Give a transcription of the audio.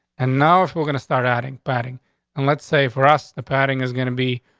and now if we're going to start adding padding on, let's say for us the padding is gonna be